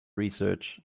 research